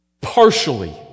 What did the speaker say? partially